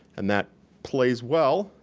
and that plays well,